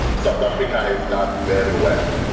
south africa has done very and well.